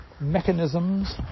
mechanisms